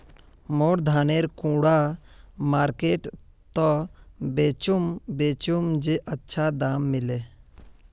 मोर धानेर कुंडा मार्केट त बेचुम बेचुम जे अच्छा दाम मिले?